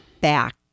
back